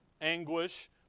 anguish